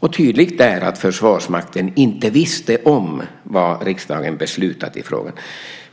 Det är tydligt att Försvarsmakten inte visste vad riksdagen beslutat i frågan.